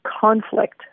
conflict